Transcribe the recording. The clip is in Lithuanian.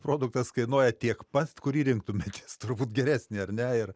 produktas kainuoja tiek pat kurį rinktumėtės turbūt geresnį ar ne ir